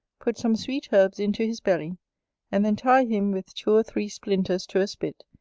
put some sweet herbs into his belly and then tie him with two or three splinters to a spit,